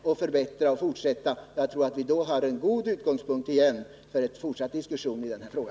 Jag tror att vi då har en god utgångspunkt för en fortsatt diskussion i denna fråga.